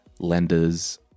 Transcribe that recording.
lenders